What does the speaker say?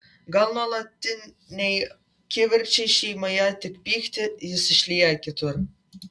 gal nuolatiniai kivirčai šeimoje tik pyktį jis išlieja kitur